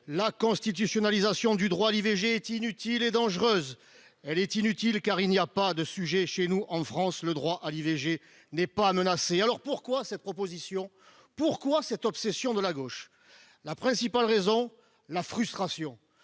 la constitutionnalisation du droit à l'IVG est inutile et dangereuse. Elle est inutile, car il n'y a pas de sujet chez nous en France : le droit à l'IVG n'est pas menacé. Alors pourquoi cette proposition ? Pourquoi cette obsession de la gauche ? La principale raison en est la frustration,